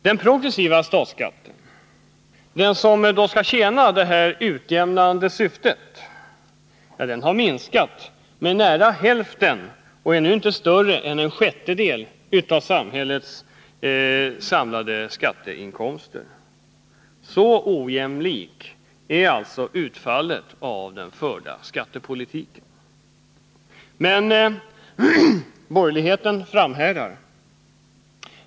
Den progressiva statsskatten, som skall tjäna det utjämnande syftet, har minskat med nära hälften och är nu inte större än en sjättedel av samhällets samlade skatteinkomster. Så ojämlikt är alltså utfallet av den förda skattepolitiken. Men borgerligheten framhärdar.